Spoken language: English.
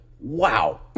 Wow